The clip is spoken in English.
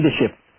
leadership